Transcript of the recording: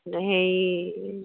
হেৰি